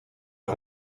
het